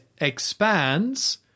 expands